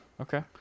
okay